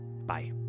Bye